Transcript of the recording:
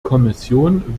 kommission